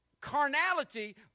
carnality